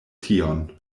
tion